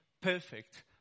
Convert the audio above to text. perfect